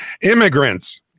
immigrants